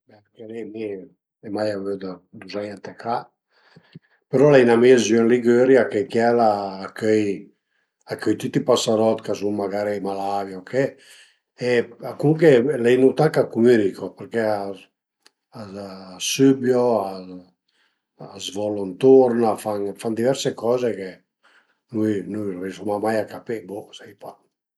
Anche li mi ai mai avü d'üzei ën la ca, però l'ai ün amis giü ën Ligüria chë chiel al cöi a cöi tüti i pasarot ch'a sun magari malavi o che e comuncue l'ai nutà ch'a cumünicu përché a sübiu, a s'volu ënturn, a fan diverse coze che nui rüsuma mai a capì bo sai pa